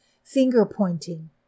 finger-pointing